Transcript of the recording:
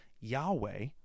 Yahweh